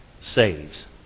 saves